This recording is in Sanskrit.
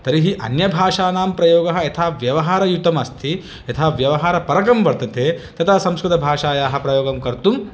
तर्हि अन्यभाषाणां प्रयोगः यथा व्यवहारयुतमस्ति यथा व्यवहारपरगं वर्तते तता संस्कृतभाषायाः प्रयोगं कर्तुं